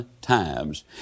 times